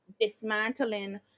dismantling